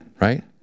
right